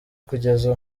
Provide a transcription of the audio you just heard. kugeza